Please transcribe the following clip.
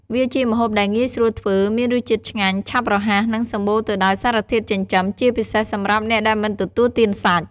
វាជាម្ហូបដែលងាយស្រួលធ្វើ មានរសជាតិឆ្ងាញ់ ឆាប់រហ័ស និងសម្បូរទៅដោយសារធាតុចិញ្ចឹម ជាពិសេសសម្រាប់អ្នកដែលមិនទទួលទានសាច់។